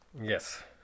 yes